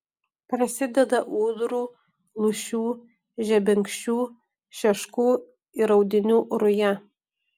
prasideda ūdrų lūšių žebenkščių šeškų ir audinių ruja